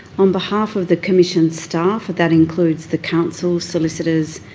on behalf of the commission staff, that includes the counsel, solicitors,